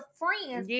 friends